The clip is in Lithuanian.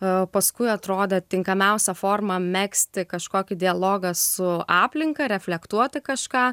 o paskui atrodė tinkamiausia forma megzti kažkokį dialogą su aplinka reflektuoti kažką